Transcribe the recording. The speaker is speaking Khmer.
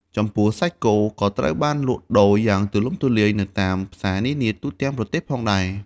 ចំពោះសាច់គោ ក៏ត្រូវបានលក់ដូរយ៉ាងទូលំទូលាយនៅតាមផ្សារនានាទូទាំងប្រទេសផងដែរ។